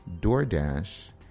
DoorDash